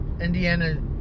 Indiana